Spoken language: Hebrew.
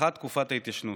הארכת תקופת התיישנות).